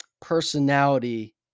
personality